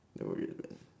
not worried lah